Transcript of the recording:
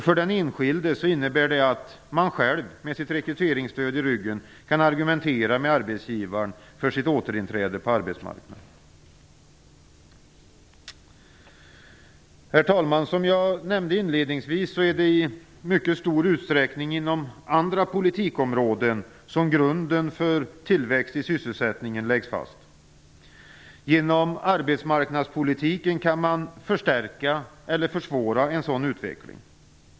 För den enskilde innebär det att denne själv, med sitt rekryteringsstöd i ryggen, kan argumentera med arbetsgivaren för sitt återinträde på arbetsmarknaden. Herr talman! Som jag nämnde inledningsvis är det i mycket stor utsträckning inom andra politikområden som grunden för tillväxt i sysselsättningen läggs fast. Genom arbetsmarknadspolitiken kan man förstärka eller försvåra en sådan utveckling.